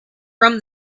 from